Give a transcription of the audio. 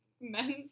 men's